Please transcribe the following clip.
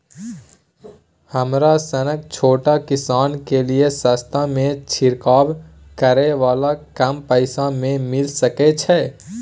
हमरा सनक छोट किसान के लिए सस्ता में छिरकाव करै वाला कम पैसा में मिल सकै छै?